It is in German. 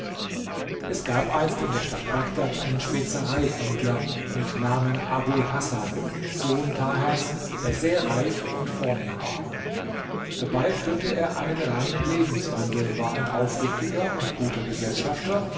es gab einst in der stadt bagdad einen spezereihändler mit namen abul hasan sohn tahers der sehr reich und vornehm war dabei führte er einen reinen lebenswandel war ein aufrichtiger und guter gesellschafter